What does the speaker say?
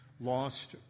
lost